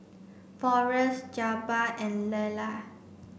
Forrest Jabbar and Lyla